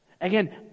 Again